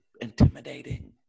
intimidating